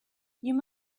you